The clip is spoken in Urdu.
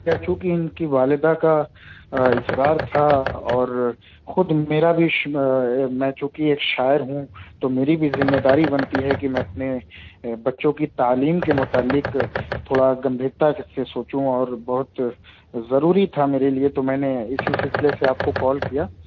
سر چونکہ ان کی والدہ کا اسرار تھا اور خود میرا بھی میں چونکہ ایک شاعر ہوں تو میری بھی ذمہ داری بنتی ہے کہ میں اپنے بچوں کی تعلیم کے متعلق تھوڑا گمبھیرتا سے سوچوں اور بہت ضروری تھا میرے لیے تو میں نے اسی سلسلے سے آپ کو کال کیا